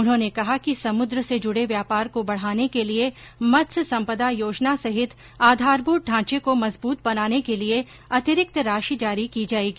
उन्होने कहा कि समुद्र से जुड़े व्यापार को बढाने के लिये मत्स्य संपदा योजना सहित आधारभूत ढॉचे को मजबूत बनाने के लिये अतिरिक्त राशि जारी की जायेगी